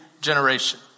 generation